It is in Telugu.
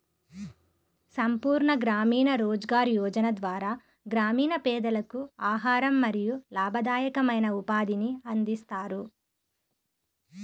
సంపూర్ణ గ్రామీణ రోజ్గార్ యోజన ద్వారా గ్రామీణ పేదలకు ఆహారం మరియు లాభదాయకమైన ఉపాధిని అందిస్తారు